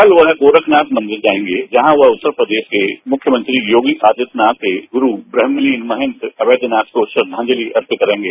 कल वो गोरखनाथ मंदिर जाएगे जहां वे उत्तर प्रदेश के मुख्यमंत्री योगी आदित्यनाथ के गुरू ब्रह्मलीन महंत अवैधनाथ को श्रद्दांजलि अर्पित करेंगे